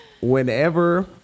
Whenever